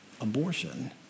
abortion